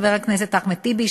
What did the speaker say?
חבר הכנסת אחמד טיבי,